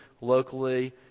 locally